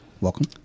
Welcome